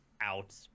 out